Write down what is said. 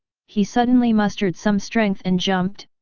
he suddenly mustered some strength and jumped,